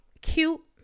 cute